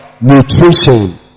nutrition